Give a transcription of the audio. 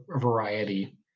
variety